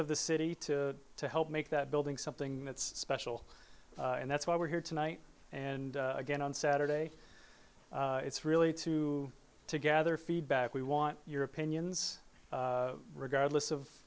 of the city to to help make that building something that's special and that's why we're here tonight and again on saturday it's really to gather feedback we want your opinions regardless